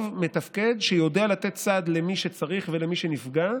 טוב, מתפקד, שיודע לתת סעד למי שצריך ולמי שנפגע,